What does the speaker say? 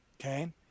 Okay